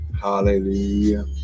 Hallelujah